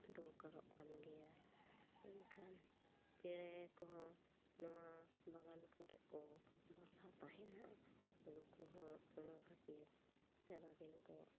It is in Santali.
ᱫᱚᱨᱠᱟᱨᱚᱜ ᱠᱟᱱ ᱜᱮᱭᱟ ᱢᱮᱱᱠᱷᱟᱱ ᱪᱮᱸᱬᱮ ᱠᱚᱦᱚᱸ ᱱᱚᱶᱟ ᱵᱟᱜᱟᱱ ᱠᱚᱨᱮ ᱠᱚ ᱵᱟᱥᱟ ᱛᱟᱸ ᱦᱮᱱᱟ ᱩᱱᱠᱩ ᱦᱚᱸ ᱚᱱᱟ ᱠᱷᱟᱹᱛᱤᱨ ᱥᱟᱨᱟᱫᱤᱱ ᱠᱚ